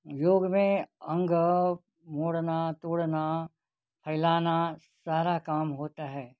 योग में अंग मोड़ना तोड़ना फैलाना सारा काम होता है